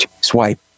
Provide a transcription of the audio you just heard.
Swipe